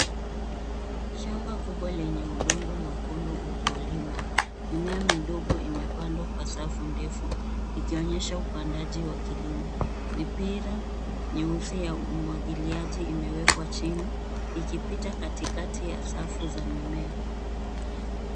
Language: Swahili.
Shamba kubwa lenye udongo mwekundu uliolimwa, mimea midogo imepandwa kwa safu ndefu ikionyesha upandaji wa kilimo, mipira nyeusi ya umwagiliaji imewekwa chini ikipita katikati ya safu za mimea.